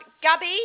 Gabby